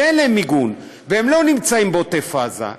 שאין להם מיגון והם לא נמצאים בעוטף עזה,